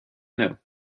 know